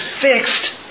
fixed